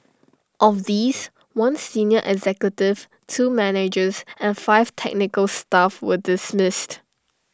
of these one senior executive two managers and five technical staff were dismissed